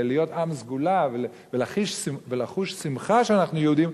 ללהיות עם סגולה ולחוש שמחה שאנחנו יהודים,